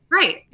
right